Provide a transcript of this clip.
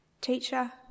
Teacher